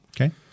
Okay